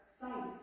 sight